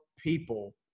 People